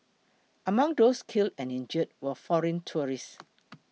among those killed and injured were foreign tourists